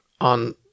on